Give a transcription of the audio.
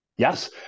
Yes